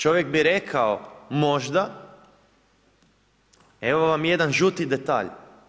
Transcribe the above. Čovjek bi rekao možda, evo vam jedan žuti detalj.